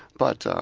but